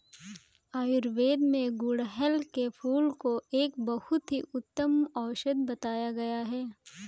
आयुर्वेद में गुड़हल के फूल को एक बहुत ही उत्तम औषधि बताया गया है